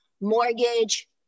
mortgage